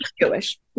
Jewish